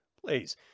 Please